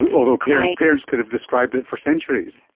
and although parents could have described it for centuries.